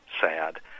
sad